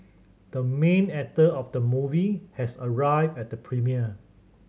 the main actor of the movie has arrived at the premiere